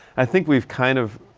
i think we've kind of.